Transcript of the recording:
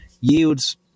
Yields